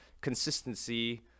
consistency